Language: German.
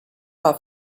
war